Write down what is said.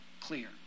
clear